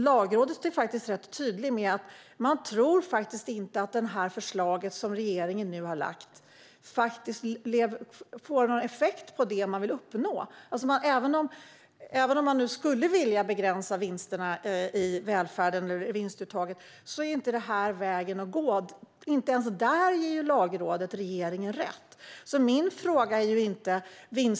Lagrådet tror dessutom inte att det förslag regeringen har lagt fram får den önskade effekten. Vill man begränsa vinstuttaget i välfärden är detta inte vägen att gå. Inte ens här ger Lagrådet regeringen rätt.